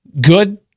good